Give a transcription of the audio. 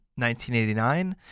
1989